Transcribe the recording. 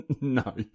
No